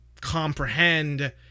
comprehend